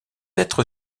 être